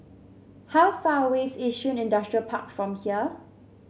how far away is Yishun Industrial Park from here